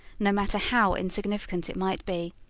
no matter how insignificant it might be.